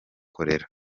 cholera